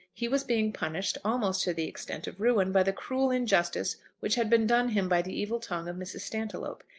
he was being punished almost to the extent of ruin by the cruel injustice which had been done him by the evil tongue of mrs. stantiloup,